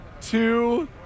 two